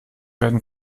werden